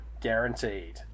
guaranteed